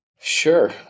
Sure